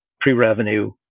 pre-revenue